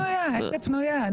איזה פנויה?